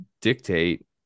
dictate